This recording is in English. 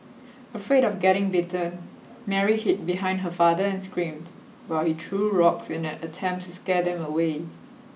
afraid of getting bitten Mary hid behind her father and screamed while he threw rocks in an attempt to scare them away